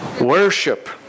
Worship